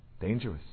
Dangerous